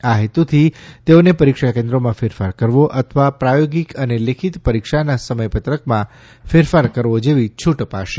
આ હેતુથી તેઓને પરીક્ષા કેન્દ્રોમાં ફેરફાર કરવો અથવા પ્રાયોગિક અને લેખિત પરીક્ષાના સમયપત્રકમાં ફેરફાર કરવો જેવી છુટ અપાશે